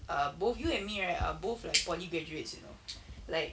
ah both you and me right are both like poly graduates you know like